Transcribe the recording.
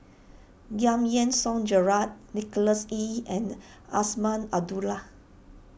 Giam Yean Song Gerald Nicholas Ee and Azman Abdullah